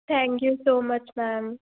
thank you so much ma'am